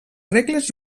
regles